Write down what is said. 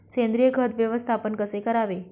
सेंद्रिय खत व्यवस्थापन कसे करावे?